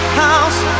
house